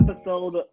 episode